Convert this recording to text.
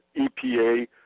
EPA